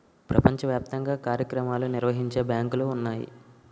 ప్రపంచ వ్యాప్తంగా కార్యక్రమాలు నిర్వహించే బ్యాంకులు ఉన్నాయి